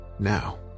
Now